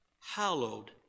hallowed